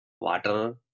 water